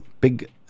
big